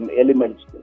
elements